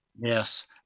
Yes